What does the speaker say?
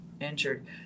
injured